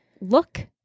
look